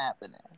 happening